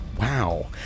Wow